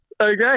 Okay